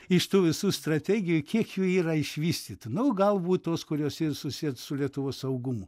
iš tų visų strategijų kiek jų yra išvystytų nu galbūt tos kurios susiet su lietuvos saugumu